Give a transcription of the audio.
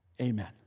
Amen